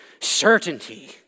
certainty